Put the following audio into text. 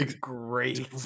great